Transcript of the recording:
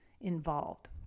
involved